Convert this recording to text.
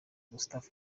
gustave